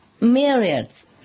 myriads